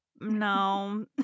no